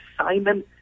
Simon